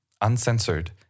uncensored